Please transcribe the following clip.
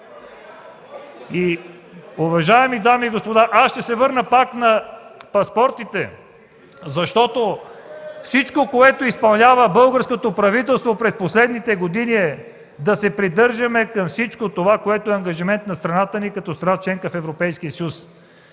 Уважаеми дами и господа, ще се върна пак на паспортите. Всичко, което изпълнява българското правителство през последните години, е да се придържа към всичко това, което е ангажимент на страната ни като страна – членка на Европейския съюз.